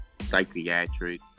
psychiatric